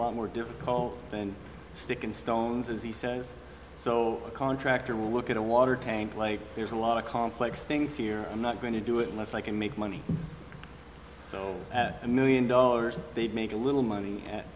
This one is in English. lot more difficult than stick and stones as he says so a contractor will look at a water tank like there's a lot of complex things here i'm not going to do it unless i can make money so at a million dollars they'd make a little money at